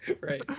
Right